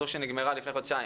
זו שנגמרה לפני חודשיים.